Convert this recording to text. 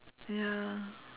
ya